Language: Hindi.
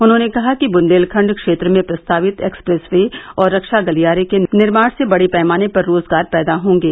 उन्होंने कहा कि बुंदेलखंड क्षेत्र में प्रस्तावित एक्सप्रेस वे और रक्षा गलियारे के निर्माण से बड़े पैमाने पर रोजगार पैदा होंगे